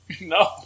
No